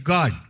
God